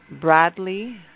Bradley